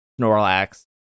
Snorlax